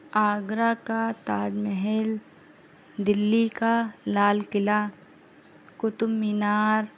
آگرہ کا تاج محل دلی کا لال قلعہ قطب مینار